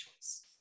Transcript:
choice